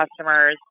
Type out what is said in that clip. customers